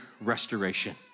restoration